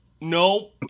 no